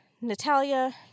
natalia